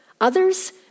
Others